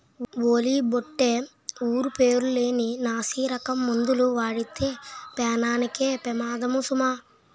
ఓలి బొట్టే ఊరు పేరు లేని నాసిరకం మందులు వాడితే పేనానికే పెమాదము సుమా